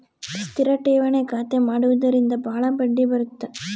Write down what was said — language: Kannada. ಸ್ಥಿರ ಠೇವಣಿ ಖಾತೆ ಮಾಡುವುದರಿಂದ ಬಾಳ ಬಡ್ಡಿ ಬರುತ್ತ